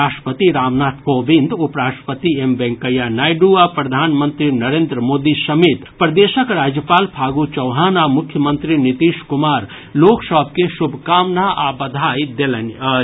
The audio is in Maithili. राष्ट्रपति रामनाथ कोविंद उप राष्ट्रपति एम वेंकैया नायडू आ प्रधानमंत्री नरेन्द्र मोदी समेत प्रदेशक राज्यपाल फागू चौहान आ मुख्यमंत्री नीतीश कुमार लोक सभ के शुभकामना आ बधाई देलनि अछि